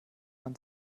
man